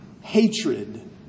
hatred